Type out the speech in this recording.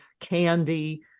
candy